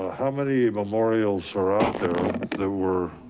ah how many memorials are out there? there were